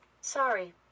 Sorry